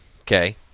okay